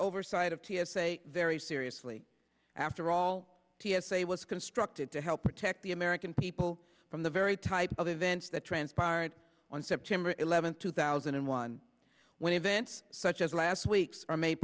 oversight of t s a very seriously after all t s a was constructed to help protect the american people from the very type of events that transpired on september eleventh two thousand and one when events such as last week's are made